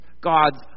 God's